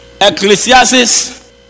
ecclesiastes